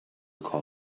call